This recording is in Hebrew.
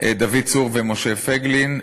דוד צור ומשה פייגלין,